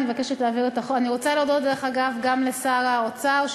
אני רוצה להודות, דרך אגב, גם לשר האוצר,